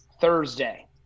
Thursday